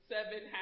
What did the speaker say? Seven